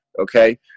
okay